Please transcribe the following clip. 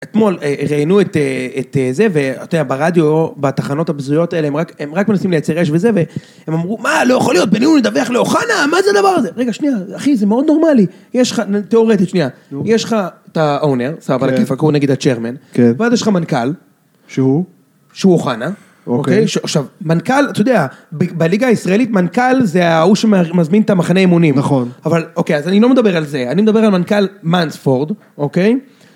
אתמול ראיינו את אה, את זה, ואתה יודע, ברדיו, בתחנות הבזויות האלה, הם רק, הם רק מנסים לייצר אש וזה, והם אמרו, מה, לא יכול להיות, בניון ידווח לאוחנה? מה זה הדבר הזה? רגע, שנייה, אחי, זה מאוד נורמלי. יש לך, תאורטית, שנייה. יש לך את האונר, סבבה, לקיפה, קרואו נגיד הצ'רמן, כן, ועד יש לך מנכ"ל. שהוא? שהוא אוחנה. אוקיי. עכשיו, מנכ"ל, אתה יודע, בליגה הישראלית מנכ"ל זה ההוא שמזמין את המחנה אימונים. נכון. אבל, אוקיי, אז אני לא מדבר על זה, אני מדבר על מנכ"ל מנספורד, אוקיי?